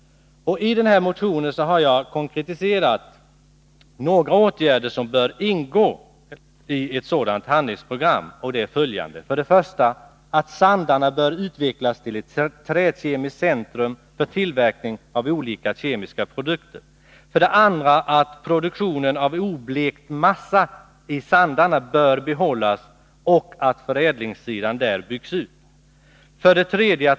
Jag har i motionen konkretiserat några åtgärder som bör ingå i ett sådant handlingsprogram, nämligen följande: 1. Sandarne bör utvecklas till ett träkemiskt centrum för tillverkning av olika kemiska produkter. 2. Produktionen av oblekt massa i Sandarne bör behållas och förädlingssidan byggas ut. 3.